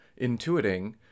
intuiting